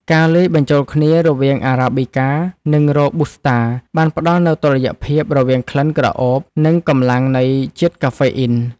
ការលាយបញ្ចូលគ្នារវាងអារ៉ាប៊ីកា និងរ៉ូប៊ូស្តា បានផ្ដល់នូវតុល្យភាពរវាងក្លិនក្រអូប និងកម្លាំងនៃជាតិកាហ្វេអ៊ីន។